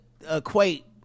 equate